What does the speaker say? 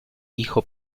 hijo